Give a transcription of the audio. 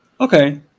okay